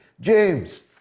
James